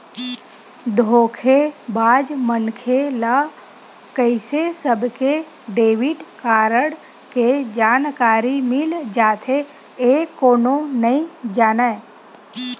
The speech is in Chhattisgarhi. धोखेबाज मनखे ल कइसे सबके डेबिट कारड के जानकारी मिल जाथे ए कोनो नइ जानय